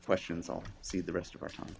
questions i'll see the rest of our time